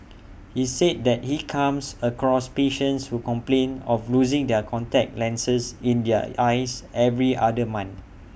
he said that he comes across patients who complain of losing their contact lenses in their eyes every other month